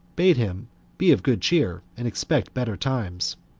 bade him be of good cheer, and expect better times.